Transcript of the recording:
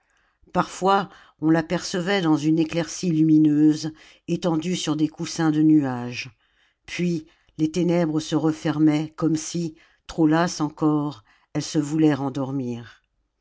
parfois on l'apercevait dans une éclaircie lummeuse étendue sur des coussins de nuages puis les ténèbres se refermaient comme si trop lasse encore elle se voulait